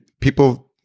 people